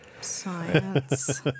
Science